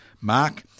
mark